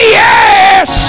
yes